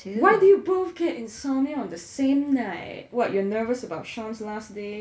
why do you both get insomnia on the same night what you're nervous about shawn's last day